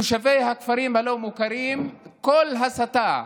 תושבי הכפרים הלא-מוכרים, כל הסתה,